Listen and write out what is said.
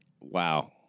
Wow